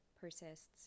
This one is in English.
persists